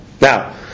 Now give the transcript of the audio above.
Now